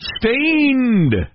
stained